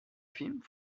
films